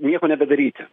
nieko nebedaryt